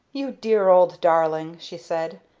you dear old darling, she said,